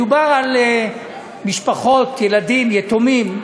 מדובר על משפחות, ילדים יתומים,